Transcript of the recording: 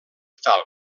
tal